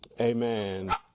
amen